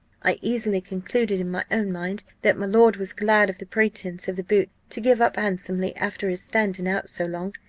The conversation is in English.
i easily concluded in my own mind, that my lord was glad of the pretence of the boots, to give up handsomely after his standing out so long.